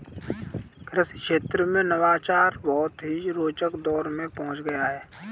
कृषि क्षेत्र में नवाचार बहुत ही रोचक दौर में पहुंच गया है